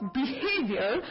behavior